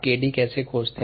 𝑘𝑑 कैसे खोजते हैं